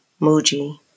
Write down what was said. Muji